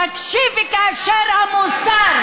תקשיבי כאשר המוסר,